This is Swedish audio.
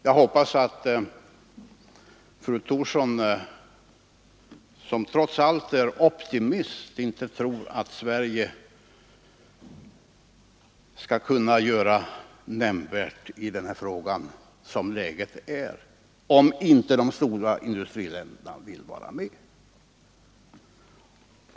Jag hoppas att fru Thorsson, som trots allt är optimist, inte tror att Sverige kan göra något nämnvärt i den här frågan såsom läget är, om inte de stora industriländerna vill vara med.